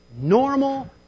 normal